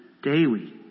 Daily